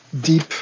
deep